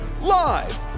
live